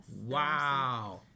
wow